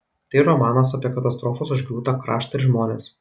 tai romanas apie katastrofos užgriūtą kraštą ir žmones